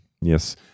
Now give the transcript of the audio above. yes